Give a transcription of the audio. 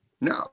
No